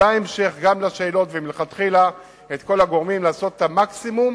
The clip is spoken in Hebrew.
בהמשך ומלכתחילה את כל הגורמים לעשות את המקסימום,